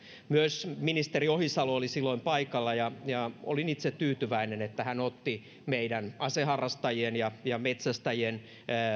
myös ministeri ohisalo oli silloin paikalla ja ja olin itse tyytyväinen että hän otti meidän aseharrastajien ja ja metsästäjien